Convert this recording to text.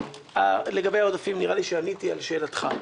לגבי העודפים נדמה לי שעניתי על שאלתך.